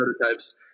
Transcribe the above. prototypes